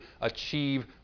achieve